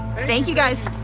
thank you, guys.